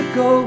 go